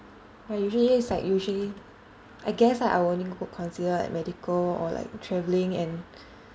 !wah! usually it's like usually I guess ah I will only consider like medical or like travelling and